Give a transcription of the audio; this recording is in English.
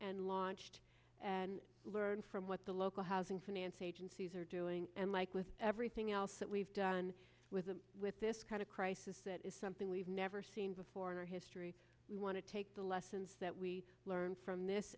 and launched and learn from what the local housing finance agencies are doing and like with everything else that we've done with the with this kind of crisis that is something we've never seen before in our history we want to take the lessons that we learned from this